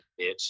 bitch